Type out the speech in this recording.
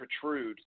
protrude